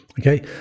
Okay